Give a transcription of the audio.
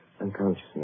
unconsciousness